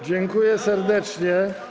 Dziękuję serdecznie.